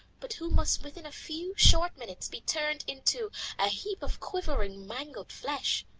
but who must within a few short minutes be turned into a heap of quivering, mangled flesh.